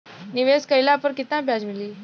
निवेश काइला पर कितना ब्याज मिली?